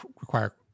require